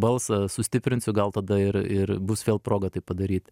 balsą sustiprinsiu gal tada ir ir bus vėl proga tai padaryt